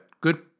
good